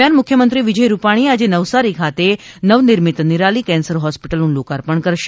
દરમિયાન મુખ્યમંત્રીશ્રી વિજય રૂપાણી આજે નવસારી ખાતે નવનિર્મિત નિરાલી કેન્સર હોસ્પિટલનું લોકાર્પણ કરશે